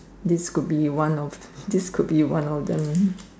this could be one of this could be one of them